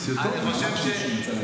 סרטון, מה אתה חושב שהוא מצלם?